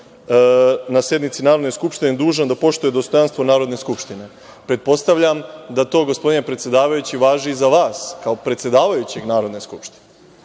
na sednici Narodne skupštine je dužan da poštuje dostojanstvo Narodne skupštine. Pretpostavljam da to, gospodine predsedavajući, važi i za vas, kao predsedavajućeg Narodne skupštine.